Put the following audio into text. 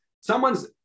someone's